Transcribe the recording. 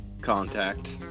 contact